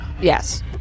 yes